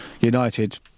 United